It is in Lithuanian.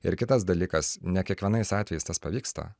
ir kitas dalykas ne kiekvienais atvejais pavyksta